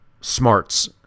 smarts